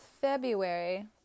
February